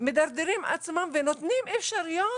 מדרדרים עצמם ונותנים אפשרויות,